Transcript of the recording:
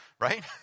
Right